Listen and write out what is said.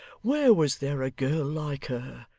where was there a girl like her?